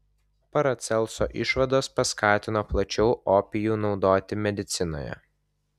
paracelso išvados paskatino plačiau opijų naudoti medicinoje